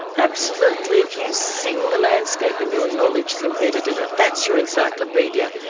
absolutely. if you sing the landscape and your knowledge is embedded in it, that's your encyclopaedia,